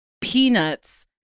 peanuts